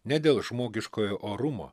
ne dėl žmogiškojo orumo